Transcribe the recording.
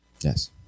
Yes